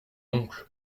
oncle